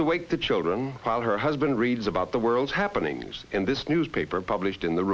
to wake the children while her husband reads about the world's happenings in this newspaper published in the